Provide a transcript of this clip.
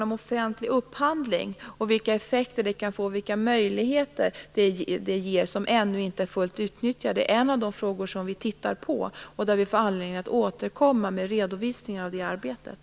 Offentlig upphandling, vilka effekter det kan få och vilka möjligheter det ger som ännu inte är fullt utnyttjade är en av de frågor som vi tittar på och som vi har anledning att återkomma till med en redovisning av det arbetet.